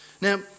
Now